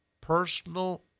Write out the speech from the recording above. personal